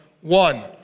one